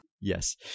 Yes